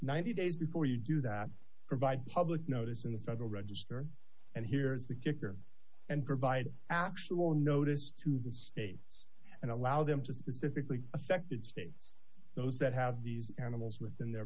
ninety days before you provide public notice in the federal register and here's the kicker and provide actual or notice to the states and allow them to specifically affected states those that have these animals within their